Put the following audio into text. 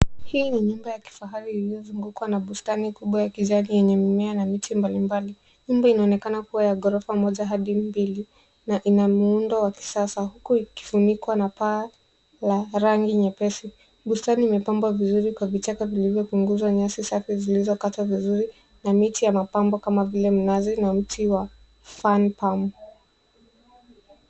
Hii ni nyumba ya kifahari ilivyozungukwa na bustani kubwa ya kijani yenye mimea na miti mbalimbali. Nyumba inaonekana kuwa ya ghorofa moja hadi mbili na ina muundo wa kisasa, huku ikifunikwa na paa la rangi nyepesi. Bustani imepambwa vizuri kwa vichaka vilivyopunguzwa nyasi safi zilizokatwa vizuri na miti ya mapambo kama vile mnazi na mti wa fan palm .